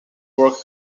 work